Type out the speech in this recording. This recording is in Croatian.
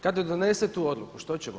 Kad donese tu odluku što ćemo?